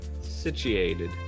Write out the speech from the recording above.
Situated